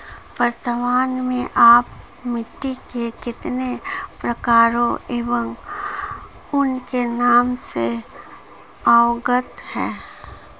वर्तमान में आप मिट्टी के कितने प्रकारों एवं उनके नाम से अवगत हैं?